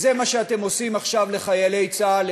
וזה מה שאתם עושים עכשיו לחיילי צה"ל,